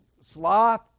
sloth